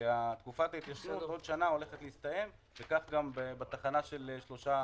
שתקופת ההתיישנות בעוד שנה עומדת להסתיים וכך גם בתחנה של שלושה